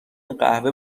قهوه